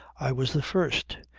i was the first.